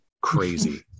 crazy